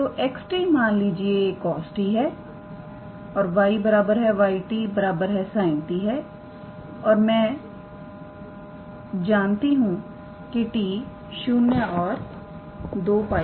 तो 𝑥𝑡 मान लीजिए cos 𝑡 है और 𝑦 𝑦𝑡 sin 𝑡 है और मैं जान सकती हूं 0 ≤ 𝑡 ≤ 2𝜋